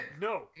No